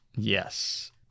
Yes